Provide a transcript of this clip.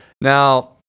Now